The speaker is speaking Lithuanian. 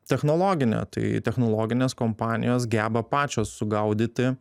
technologinė tai technologinės kompanijos geba pačios sugaudyti